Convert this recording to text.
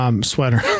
sweater